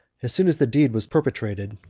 as soon as the deed was perpetrated,